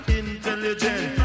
intelligent